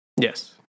Yes